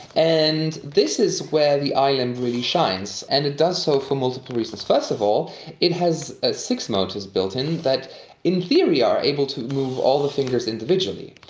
and this is where the ilimb really shines, and it does so for multiple reasons. first of all it has ah six motors built in that in theory are able to move all the fingers individually.